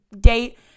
date